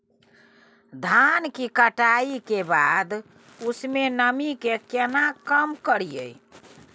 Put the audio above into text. धान की कटाई के बाद उसके नमी के केना कम करियै?